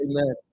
Amen